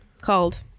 called